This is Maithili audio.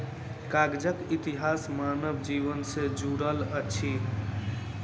कागजक इतिहास मानव जीवन सॅ जुड़ल अछि